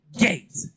gate